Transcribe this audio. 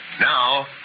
Now